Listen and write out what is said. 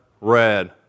red